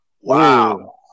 Wow